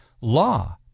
law